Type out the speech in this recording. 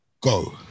Go